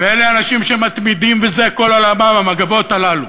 ואלה אנשים שמתמידים, וזה כל עולמם, המגבות האלה,